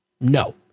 No